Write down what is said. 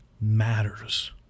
matters